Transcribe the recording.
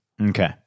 Okay